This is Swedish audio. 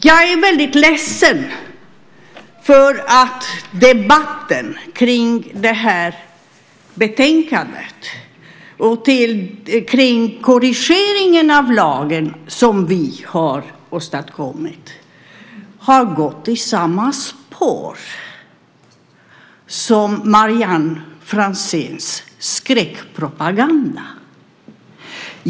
Jag är ledsen för att debatten om betänkandet och om korrigeringen av lagen som vi har åstadkommit har gått i samma spår som Vivianne Franzéns skräckpropaganda.